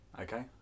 Okay